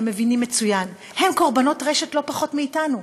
הם מבינים מצוין: הם קורבנות רשת לא פחות מאתנו.